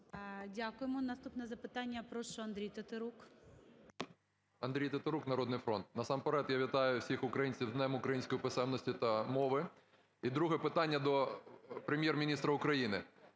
Дякуємо. Наступне запитання. Прошу, Андрій Тетерук. 11:09:20 ТЕТЕРУК А.А. Андрій Тетерук, "Народний фронт". Насамперед я вітаю всіх українців з Днем української писемності та мови. І друге питання до Прем'єр-міністра України.